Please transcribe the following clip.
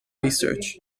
research